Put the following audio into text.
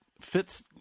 fits